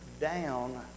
down